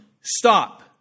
Stop